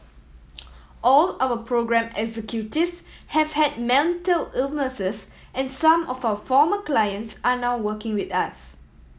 all our programme executives have had mental illnesses and some of our former clients are now working with us